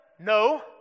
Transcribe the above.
No